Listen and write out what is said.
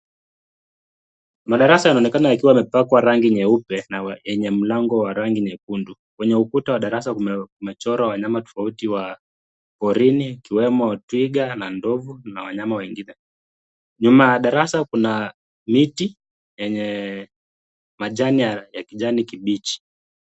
Madarasa yanaonekana yakiwa yamepakwa rangi nyeupe na yenye mlango wa rangi nyekundu. Kwenye ukuta kumechorwa wanyama tofauti wa porini wakiwemo twiga na ndovu na wanyama wengine. Nyuma ya darasa kuna miti yenye majani ya kijani kibichi.